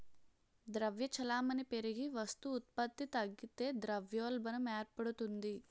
ద్రవ్య చలామణి పెరిగి వస్తు ఉత్పత్తి తగ్గితే ద్రవ్యోల్బణం ఏర్పడుతుంది